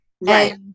right